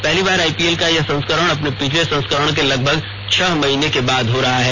पहली बार आईपीएल का यह संस्करण अपने पिछले संस्करण के लगभग छह महीने के बाद हो रहा है